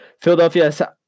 Philadelphia